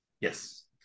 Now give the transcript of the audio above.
Yes